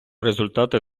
результати